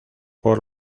por